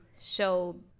show